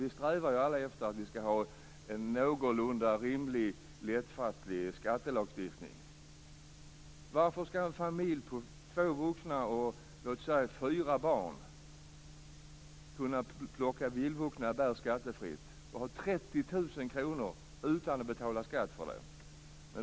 Vi strävar ju alla efter att vi skall ha en någorlunda rimlig lättfattlig skattelagstiftning. Varför skall en familj på två vuxna och fyra barn kunna plocka vildvuxna bär skattefritt och få 30 000 kr utan att betala skatt för det?